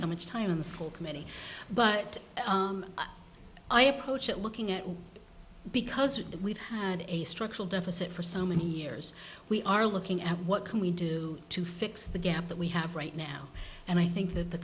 so much time on the school committee but i approach it looking at because we've had a structural deficit for so many years we are looking at what can we do to fix the gap that we have right now and i think that the